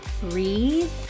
breathe